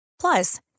Plus